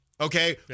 Okay